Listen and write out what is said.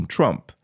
Trump